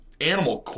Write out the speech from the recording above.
animal